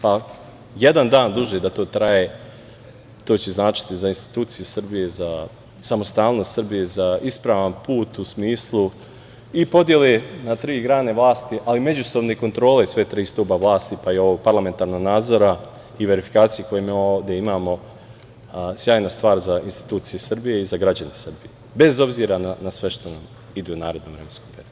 Pa jedan dan duže da to traje, to će značiti za institucije Srbije, za samostalnost Srbije, za ispravan put u smislu i podele na tri grane vlasti, ali i međusobne kontrole sva tri stuba vlasti, pa i ovog parlamentarnog nadzora i verifikacije koje mi ovde imamo, sjajna stvar za institucije Srbije i za građane Srbije, bez obzira na sve što ide u narednom vremenskom periodu.